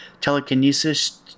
telekinesis